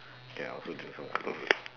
K I also drink some water first